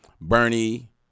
Bernie